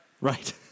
Right